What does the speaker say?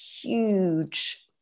huge